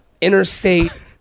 interstate